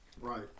Right